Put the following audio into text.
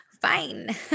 Fine